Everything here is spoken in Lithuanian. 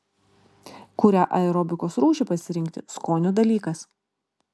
kurią aerobikos rūšį pasirinkti skonio dalykas